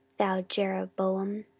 thou jeroboam,